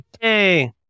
hey